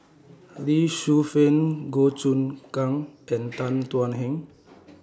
Lee Shu Fen Goh Choon Kang and Tan Thuan Heng